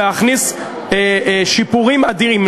להכניס שיפורים אדירים.